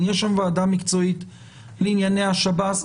יש שם ועדה מקצועית לענייני השב"ס.